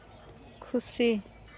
ᱠᱷᱩᱥᱤ